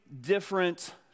different